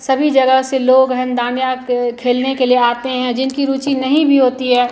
सभी जगह से लोग है ना डाँडिया के खेलने के लिए आते हैं जिनकी रुचि नहीं भी होती है